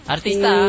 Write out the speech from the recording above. Artista